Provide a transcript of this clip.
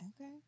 Okay